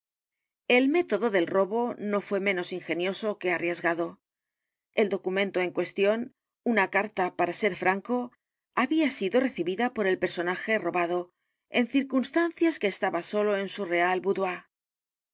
el método del robo no fué menos ingenioso que arriesgado el documento en cuestión una carta para ser franco había sido recibida por el personaje robado en circunstancias que estaba solo en su real